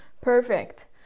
Perfect